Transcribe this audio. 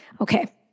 Okay